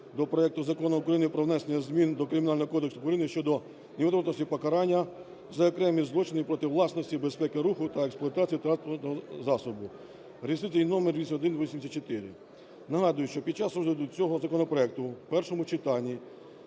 до проекту Закону України про внесення змін до Кримінального кодексу України щодо невідворотності покарання за окремі злочини проти власності, безпеки руху та експлуатації транспортного засобу (реєстраційний номер 8184). Нагадую, що під час розгляду цього законопроекту в першому читанні